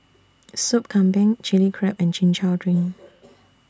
Soup Kambing Chili Crab and Chin Chow Drink